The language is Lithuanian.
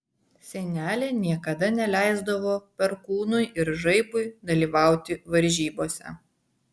senelė niekada neleisdavo perkūnui ir žaibui dalyvauti varžybose